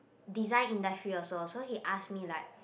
design industry also so he ask me like